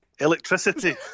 Electricity